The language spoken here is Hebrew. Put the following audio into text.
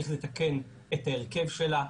צריך לתקן את ההרכב שלה,